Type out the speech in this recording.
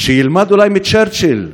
שילמד אולי מצ'רצ'יל,